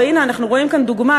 והנה אנחנו רואים כאן דוגמה,